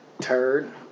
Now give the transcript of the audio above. turd